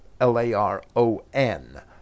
L-A-R-O-N